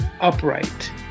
upright